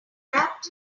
wrapped